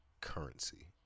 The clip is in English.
currency